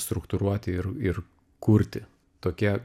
struktūruoti ir ir kurti tokie